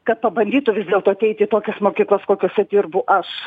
kad pabandytų vis dėlto ateiti į tokias mokyklas kokiose dirbu aš